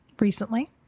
recently